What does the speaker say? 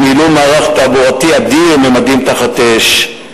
שניהלו מערך תעבורתי אדיר ממדים תחת אש.